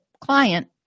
client